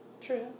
True